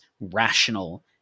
rational